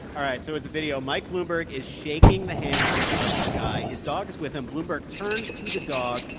all right. so it's a video. mike bloomberg is shaking the hands of a guy. his dog is with him. bloomberg turns to the dog.